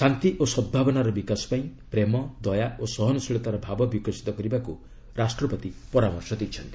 ଶାନ୍ତି ଓ ସଦ୍ଭାବନାର ବିକାଶ ପାଇଁ ପ୍ରେମ ଦୟା ଓ ସହନଶୀଳତାର ଭାବ ବିକଶିତ କରିବାକୁ ରାଷ୍ଟ୍ରପତି ପରାମର୍ଶ ଦେଇଛନ୍ତି